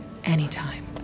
Anytime